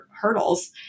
hurdles